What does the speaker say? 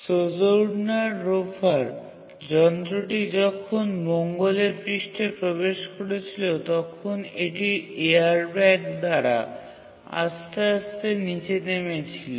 Sojourner rover যন্ত্রটি যখন মঙ্গলের পৃষ্ঠে প্রবেশ করেছিল তখন এটি এয়ার ব্যাগ দ্বারা আস্তে আস্তে নীচে নেমেছিল